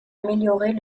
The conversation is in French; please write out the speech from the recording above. améliorer